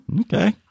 Okay